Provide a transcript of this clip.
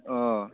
অঁ